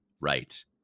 right